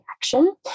action